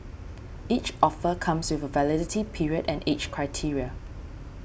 each offer comes with a validity period and age criteria